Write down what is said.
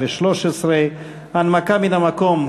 התשע"ג 2013. זו הנמקה מן המקום.